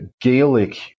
Gaelic